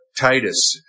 Titus